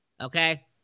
Okay